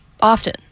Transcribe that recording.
Often